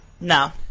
No